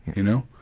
you know.